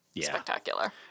spectacular